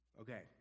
Okay